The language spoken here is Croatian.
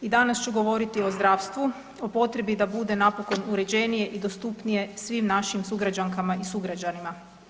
I danas ću govoriti o zdravstvu, o potrebi da bude napokon uređenije i dostupnije svim našim sugrađankama i sugrađanima.